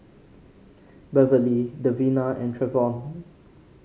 Beverlee Davina and Travon